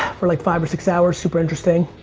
for like five or six hours. super interesting.